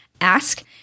ask